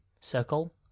circle